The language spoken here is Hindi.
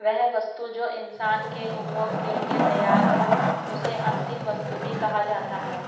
वह वस्तु जो इंसान के उपभोग के लिए तैयार हो उसे अंतिम वस्तु भी कहा जाता है